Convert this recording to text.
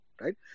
Right